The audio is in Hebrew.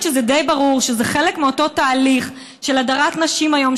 שדי ברור שזה חלק מאותו תהליך של הדרת נשים היום,